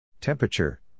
Temperature